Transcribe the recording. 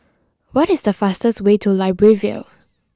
what is the fastest way to Libreville